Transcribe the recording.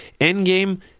Endgame